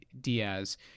Diaz